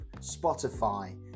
Spotify